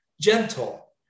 gentle